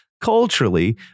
culturally